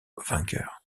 vainqueur